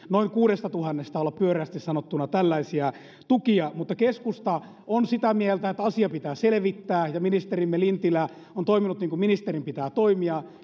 noin kuudestatuhannesta taisi olla tällaisia tukia mutta keskusta on sitä mieltä että asia pitää selvittää ja ministerimme lintilä on toiminut niin kuin ministerin pitää toimia